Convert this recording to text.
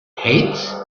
heights